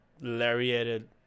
lariated